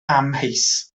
amheus